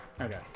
Okay